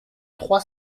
trois